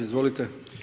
Izvolite.